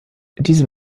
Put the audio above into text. diese